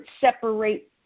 separate